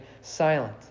silent